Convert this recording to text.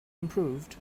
improved